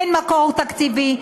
אין מקור תקציבי.